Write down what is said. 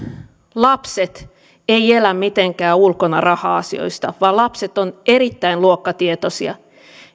lapset eivät elä mitenkään ulkona raha asioista vaan lapset ovat erittäin luokkatietoisia